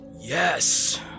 Yes